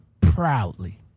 proudly